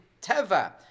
teva